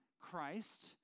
Christ